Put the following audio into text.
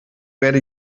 werde